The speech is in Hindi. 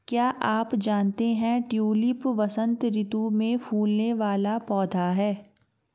क्या आप जानते है ट्यूलिप वसंत ऋतू में फूलने वाला पौधा है